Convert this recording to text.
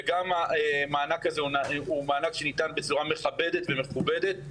וגם המענק הזה הוא מענק שניתן בצורה מכבדת ומכובדת,